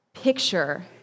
picture